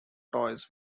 toys